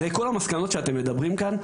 הרי כל המסקנות שאתם מדברים כאן,